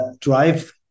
drive